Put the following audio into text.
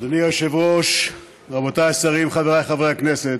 אדוני היושב-ראש, רבותיי השרים, חבריי חברי הכנסת,